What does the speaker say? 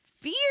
fear